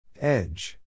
Edge